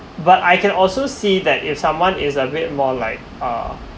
but I can also see that if someone is a bit more like uh